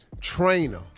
trainer